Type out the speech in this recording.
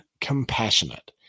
compassionate